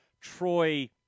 Troy